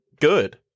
good